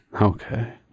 okay